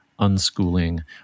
unschooling